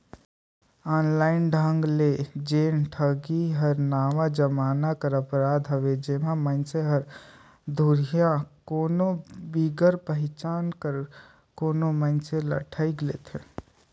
online ढंग ले जेन ठगी हर नावा जमाना कर अपराध हवे जेम्हां मइनसे हर दुरिहां कोनो बिगर पहिचान कर कोनो मइनसे ल ठइग लेथे